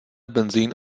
benzin